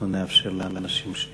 אנחנו נאפשר לאנשים שנייה.